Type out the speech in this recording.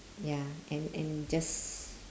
ya and and just